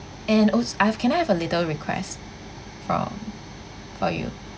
and als~ I've can I have a little request from for you